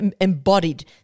embodied